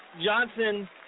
Johnson